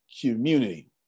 community